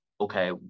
okay